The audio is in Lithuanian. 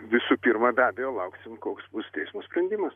visų pirma be abejo lauksim koks bus teismo sprendimas